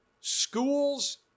Schools